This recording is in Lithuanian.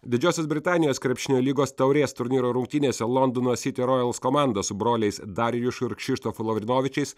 didžiosios britanijos krepšinio lygos taurės turnyro rungtynėse londono sitirojals komanda su broliais darjušu ir kšištofu lavrinovičiais